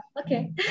okay